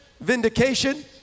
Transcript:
vindication